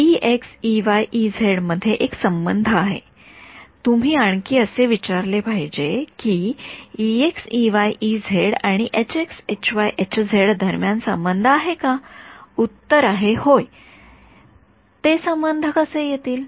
विद्यार्थी तिथे आहे मध्ये एक संबंध आहे तुम्ही आणखी असे विचारले पाहिजे की आणि दरम्यान संबंध आहे का उत्तर आहे होय ते संबंध कसे येतील